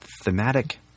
thematic